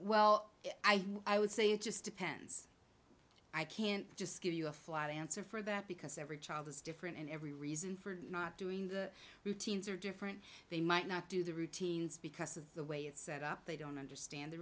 well i would say it just depends i can't just give you a flight answer for that because every child is different and every reason for not doing the routines are different they might not do the routines because of the way it's set up they don't understand the